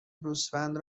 گوسفند